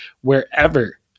wherever